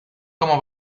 como